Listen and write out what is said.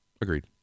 agreed